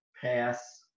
pass